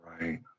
right